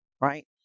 right